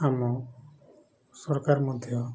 ଆମ ସରକାର ମଧ୍ୟ